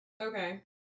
Okay